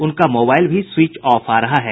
उनका मोबाईल भी switch off आ रहा है